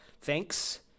Thanks